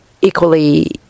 equally